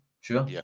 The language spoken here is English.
sure